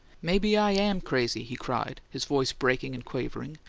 maybe i am crazy! he cried, his voice breaking and quavering.